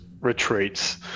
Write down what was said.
retreats